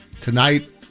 Tonight